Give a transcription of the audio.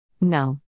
No